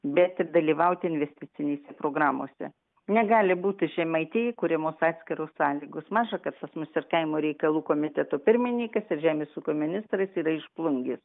bet ir dalyvaut investicinėse programose negali būti žemaitijai kuriamos atskiros sąlygos maža kad pas mus ir kaimo reikalų komiteto pirmininkas ir žemės ūkio ministras yra iš plungės